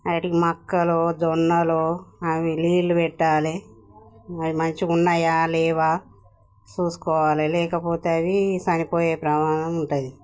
వాటికి మక్కలు జొన్నలు అవి నీళ్ళు పెట్టాలి అవి మంచిగా ఉన్నాయా లేవా చూసుకోవాలి లేకపోతే అవి చనిపోయే ప్రమాదం ఉంటుంది